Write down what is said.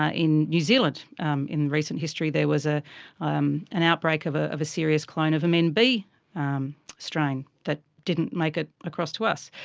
ah in new zealand um in recent history there was ah um an outbreak of ah of a serious clone of a men b um strain that didn't make it ah across to us.